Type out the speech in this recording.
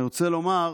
אני רוצה לומר,